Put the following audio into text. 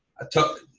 i took,